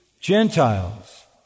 Gentiles